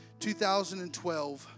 2012